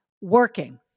working